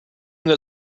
that